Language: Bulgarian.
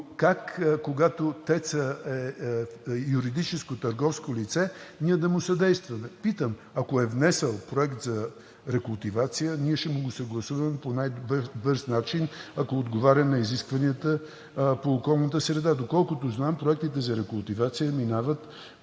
как когато ТЕЦ-ът е юридическо, търговско лице, ние да му съдействаме? Питам – ако е внесъл проект за рекултивация, ние ще го съгласуваме по най-бърз начин, ако отговаря на изискванията по околната среда. Доколкото знам, проектите за рекултивация минават